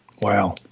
Wow